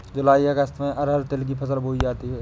जूलाई अगस्त में अरहर तिल की फसल बोई जाती हैं